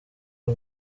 w’u